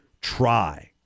try